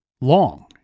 long